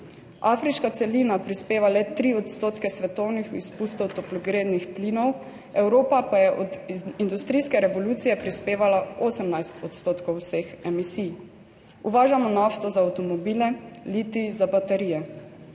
Afriška celina prispeva le 3 % svetovnih izpustov toplogrednih plinov, Evropa pa je od industrijske revolucije prispevala 18 % vseh emisij. Uvažamo nafto za avtomobile, litij za baterije.